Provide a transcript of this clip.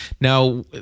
Now